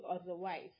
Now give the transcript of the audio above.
otherwise